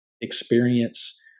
experience